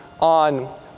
on